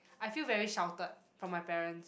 I feel very sheltered from my parents